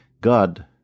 God